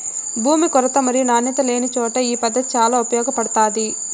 భూమి కొరత మరియు నాణ్యత లేనిచోట ఈ పద్దతి చాలా ఉపయోగపడుతాది